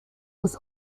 was